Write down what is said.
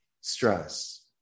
stress